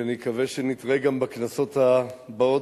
ואני מקווה שנתראה גם בכנסות הבאות,